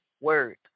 word